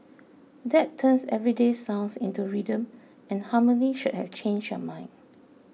that turns everyday sounds into rhythm and harmony should have changed your mind